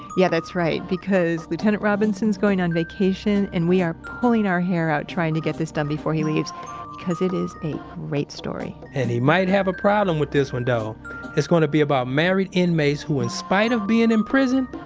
yeah, that's right, because lieutenant sam robinson's going on vacation, and we are pulling our hair out trying to get this done before he leaves because it is a great story and he might have a problem with this one though it's going to be about married inmates who, in spite of being in prison,